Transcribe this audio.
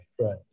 Right